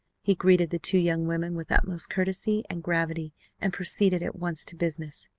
he greeted the two young women with utmost courtesy and gravity and proceeded at once to business